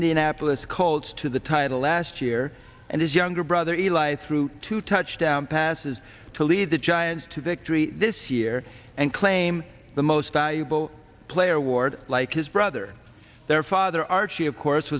indianapolis colts to the title last year and his younger brother eli threw two touchdown passes to lead the giants to victory this year and claim the most valuable player award like his brother their father archie of course